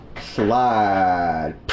slide